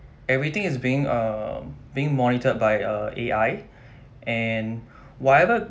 everything is being um being monitored by uh A_I and whatever